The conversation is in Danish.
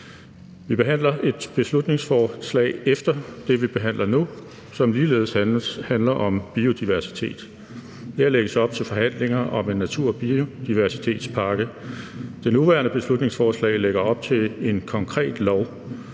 Vi behandler et beslutningsforslag efter det, vi behandler nu, som ligeledes handler om biodiversitet. Her lægges op til forhandlinger om en natur- og biodiversitetspakke. Det nærværende beslutningsforslag lægger op til en konkret lov.